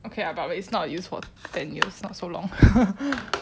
okay lah but it's not used for ten years not so long